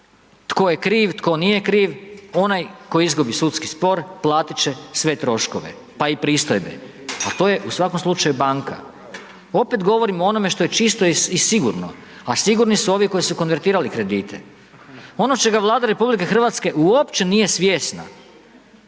tko je kriv, tko nije kriv, onaj koji izgubi sudski spor, platit će sve troškove, pa i pristojbe, al' to je u svakom slučaju banka, opet govorim o onome što je čisto i sigurno, a sigurni su ovi koji su konvertirali kredite. Ono čega Vlada Republike Hrvatske uopće nije svjesna,